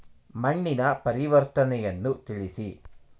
ಮಣ್ಣಿನ ಪರಿವರ್ತನೆಯನ್ನು ತಿಳಿಸಿ?